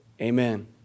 amen